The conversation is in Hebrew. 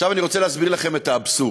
עכשיו, אני רוצה להסביר לכם את האבסורד.